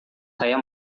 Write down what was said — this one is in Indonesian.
saya